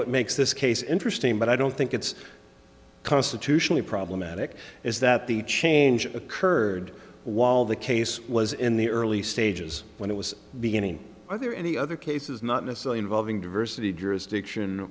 what makes this case interesting but i don't think it's constitutionally problematic is that the change occurred while the case was in the early stages when it was beginning either or any other cases not necessarily involving diversity jurisdiction